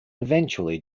eventually